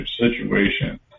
situation